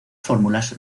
fórmulas